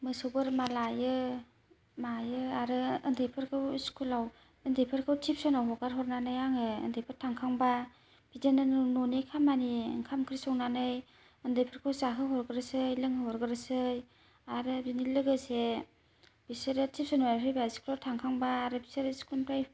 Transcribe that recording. मोसौ बोरमा लायो मायो आरोे ओन्दैफोरखौबो इस्कुलाव ओन्दैफोरखौ टिबसनाव हगारहरनानै आङो ओन्दैफोर थांखांबा बिदिनो न'नि खामानि ओंखाम ओंख्रि संनानै ओन्दैफोरखौ जाहो हरग्रोसै लोंहोहरग्रोसै आरो बिनि लोगोसे बिसोरो टिबसननिफ्राय फैबा स्कुलाव थांखांबा आरो बिसोरो स्कुलनिफ्राय